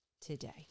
today